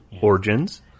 Origins